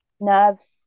nerves